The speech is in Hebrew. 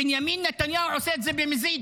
בנימין נתניהו עושה את זה במזיד.